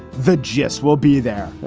the gist will be there.